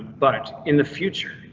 but in the future.